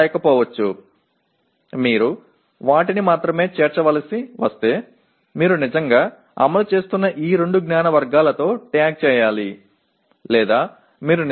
ஆனால் நீங்கள் அவற்றை மட்டுமே சேர்க்க வேண்டும் என்றால்நீங்கள் உண்மையில் செயல்படுத்துகிறீர்கள் என்று வழங்கப்பட்ட இந்த இரண்டு அறிவு வகைகளையும் நீங்கள் குறிக்க வேண்டும்